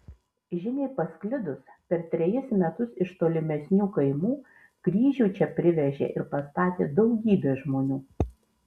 žiniai pasklidus per trejus metus iš tolimesnių kaimų kryžių čia privežė ir pastatė daugybė žmonių